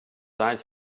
eyes